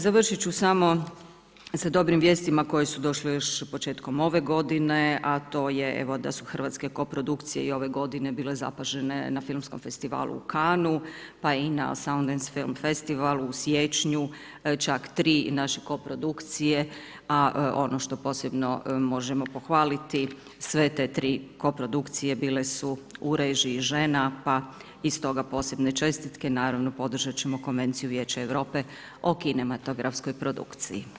Završit ću sa dobrim vijestima koje su došle još početkom ove godine, a to je evo da su Hrvatske koprodukcije i ove godine bile zapažene na filmskom festivalu u Cannesu pa i na soundance film festivalu u siječnju, čak 3 naše koprodukcije, a ono što posebno možemo pohvaliti sve te tri koprodukcije bile su u režiji žena pa i stoga posebne čestite, naravno podržat ćemo konvenciju Vijeća Europe o kinematografskoj produkciji.